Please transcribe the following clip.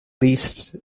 least